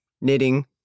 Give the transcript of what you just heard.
knitting